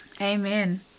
Amen